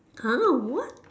!huh! what